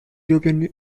european